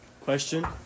question